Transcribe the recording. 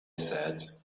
said